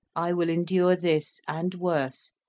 i will endure this and worse,